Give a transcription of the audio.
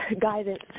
guidance